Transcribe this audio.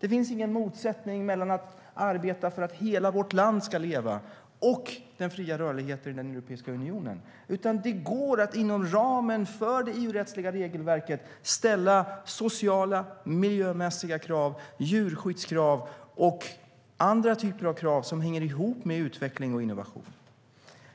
Det finns ingen motsättning mellan att arbeta för att hela vårt land ska leva och den fria rörligheten inom Europeiska unionen. Det går att inom ramen för det EU-rättsliga regelverket ställa sociala och miljömässiga krav, djurskyddskrav och andra typer av krav som hänger ihop med utveckling och innovation.